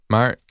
Maar